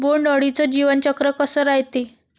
बोंड अळीचं जीवनचक्र कस रायते?